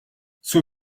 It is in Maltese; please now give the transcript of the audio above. sur